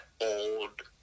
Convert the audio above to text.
old